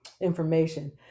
information